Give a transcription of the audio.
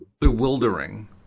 bewildering